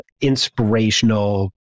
inspirational